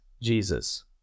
Jesus